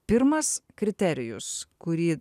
pirmas kriterijus kurį